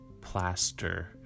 plaster